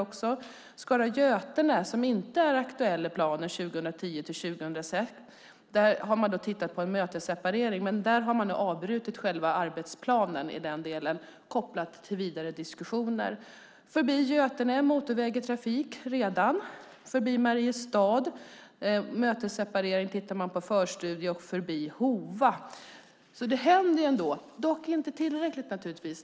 När det gäller Skara-Götene, som inte är aktuell i planen 2010-2021, har man tittat på en mötesseparering, men där har man avbrutit arbetsplanen i den delen, kopplat till vidare diskussioner. Förbi Götene har vi redan motorväg i trafik. Förbi Mariestad tittar man i förstudie på mötesseparering. Detsamma gäller Förbi Hova.